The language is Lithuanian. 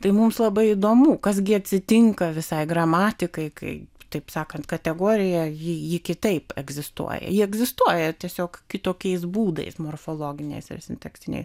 tai mums labai įdomu kas gi atsitinka visai gramatikai kai taip sakant kategorija ji ji kitaip egzistuoja ji egzistuoja tiesiog kitokiais būdais morfologiniais ir sintaksiniai